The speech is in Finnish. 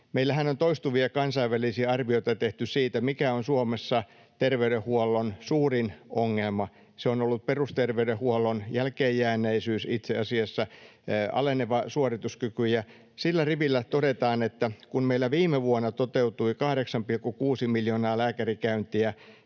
Meillähän on toistuvia kansainvälisiä arvioita tehty siitä, mikä on Suomessa terveydenhuollon suurin ongelma. Se on ollut perusterveydenhuollon jälkeenjääneisyys, itse asiassa, aleneva suorituskyky. Ja sillä rivillä todetaan, että kun meillä viime vuonna toteutui 8,6 miljoonaa lääkärikäyntiä,